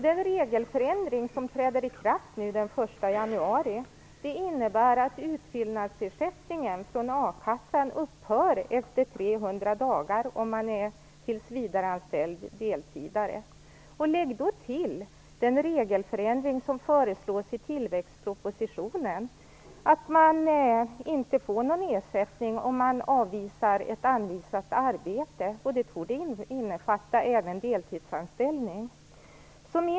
Den regelförändring som träder i kraft den 1 januari innebär att utfyllnadsersättningen från akassan upphör efter 300 dagar om man är tillsvidareanställd deltidare. Lägg sedan till den regelförändring som föreslås i tillväxtpropositionen, att man inte får någon ersättning om man avvisar ett anvisat arbete, vilket torde innefatta även deltidsanställning.